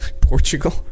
portugal